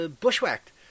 bushwhacked